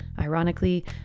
Ironically